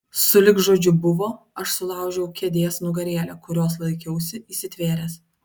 sulig žodžiu buvo aš sulaužiau kėdės nugarėlę kurios laikiausi įsitvėręs